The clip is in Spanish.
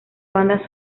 banda